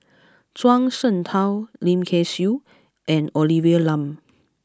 Zhuang Shengtao Lim Kay Siu and Olivia Lum